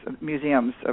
museums